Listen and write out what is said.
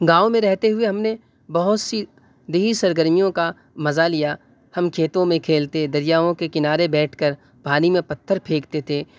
گاؤں میں رہتے ہوئے ہم نے بہت سی دیہی سرگرمیوں کا مزہ لیا ہم كھیتوں میں كھیلتے دریاؤں كے كنارے بیٹھ كر پانی میں پتھر پھینکتے تھے